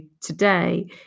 today